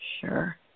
Sure